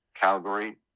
Calgary